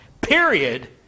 period